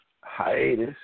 hiatus